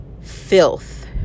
filth